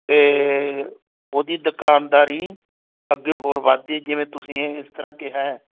ਅਤੇ ਉਹਦੀ ਦੁਕਾਨਦਾਰੀ ਅੱਗੇ ਹੋਰ ਵੱਧ ਗਈ ਜਿਵੇਂ ਤੁਸੀਂ ਇਸ ਤਰ੍ਹਾਂ ਕਿਹਾ